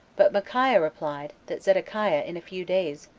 but micaiah replied, that zedekiah, in a few days,